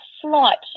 flight